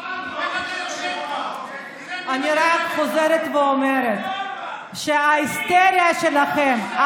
אני רק חוזרת ואומרת שההיסטריה שלכם,